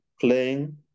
playing